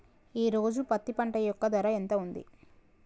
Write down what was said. ఈ రోజు పత్తి పంట యొక్క ధర ఎంత ఉంది?